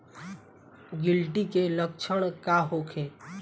गिलटी के लक्षण का होखे?